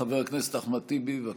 חבר הכנסת אחמד טיבי, בבקשה.